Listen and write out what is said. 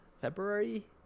February